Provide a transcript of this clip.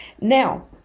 Now